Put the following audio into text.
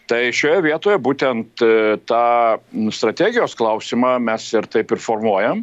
tai šioje vietoje būtent tą strategijos klausimą mes ir taip ir formuojam